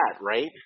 right